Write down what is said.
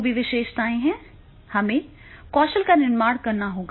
जो भी विशेषताएं हैं हमें कौशल का निर्माण करना होगा